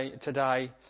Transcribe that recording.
today